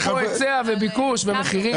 בהיצע, בביקור ובמחירים.